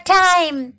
time